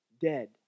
dead